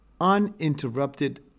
uninterrupted